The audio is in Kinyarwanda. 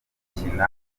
gukina